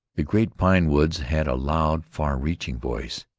the great pine woods had a loud, far-reaching voice,